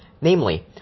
Namely